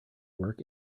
work